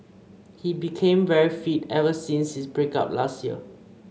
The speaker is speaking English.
he became very fit ever since his break up last year